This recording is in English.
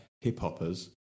hip-hoppers